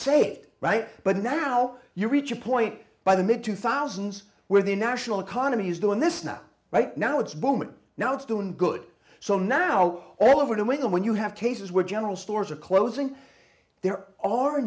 saved right but now you reach a point by the mid two thousand with the national economies doing this now right now it's booming now it's doing good so now all over the weekend when you have cases where general stores are closing there are